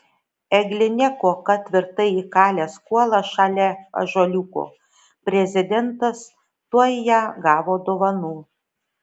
egline kuoka tvirtai įkalęs kuolą šalia ąžuoliuko prezidentas tuoj ją gavo dovanų